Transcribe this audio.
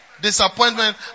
disappointment